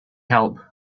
help